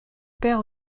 perd